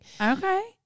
Okay